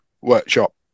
workshop